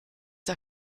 der